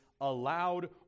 allowed